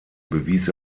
bewies